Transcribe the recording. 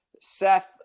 Seth